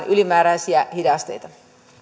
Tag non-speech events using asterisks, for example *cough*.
*unintelligible* ylimääräisiä hidasteita